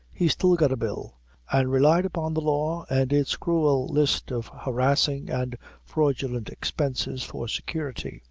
he still got a bill and relied upon the law and its cruel list of harassing and fraudulent expenses for security.